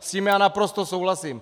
S tím já naprosto souhlasím.